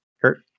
Kurt